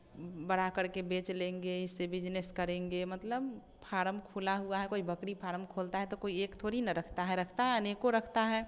बड़ा करके बेच लेंगे इससे बिजनेस करेंगे मतलब फार्म खुला हुआ है कोई बकरी फ़ार्म खोलता है तो कोई एक थोड़ी ना रखता है रखता है अनेकों रखता है